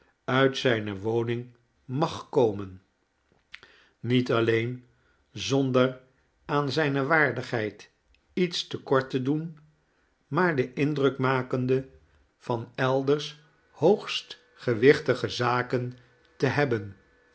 uit zijne woning m a g komen niet alleen zonder aan zijne waardighekl iets te kort te doen maar den indruk in ikend van elders lioogst gecharles dickens wichtige zaken te hebben